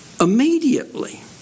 immediately